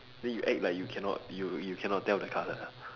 then you act like you cannot you you cannot tell the colour ah